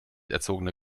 erzogene